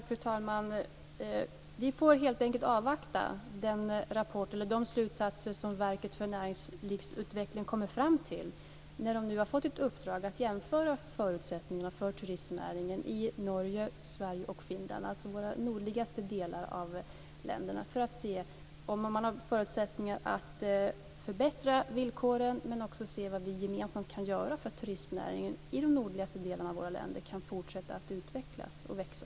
Fru talman! Vi får helt enkelt avvakta de slutsatser som Verket för näringslivsutveckling kommer fram till. Det har fått i uppdrag att jämföra förutsättningarna för turistnäringen i Norge, Sverige och Finland - det gäller de nordligaste delarna av länderna - för att se om det finns förutsättningar för att förbättra villkoren. Man ska också se vad vi gemensamt kan göra för att turistnäringen i de nordligaste delarna av våra länder kan fortsätta att utvecklas och växa.